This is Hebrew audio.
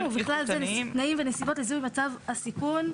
ובכלל זה תנאים ונסיבות לזיהוי מצב הסיכון"